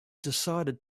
decided